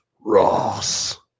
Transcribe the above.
Ross